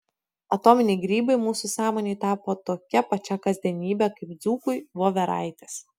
atominiai grybai mūsų sąmonei tapo tokia pačia kasdienybe kaip dzūkui voveraitės